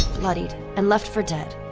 bloodied, and left for dead,